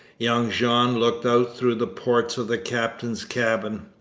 young jean looked out through the ports of the captain's cabin.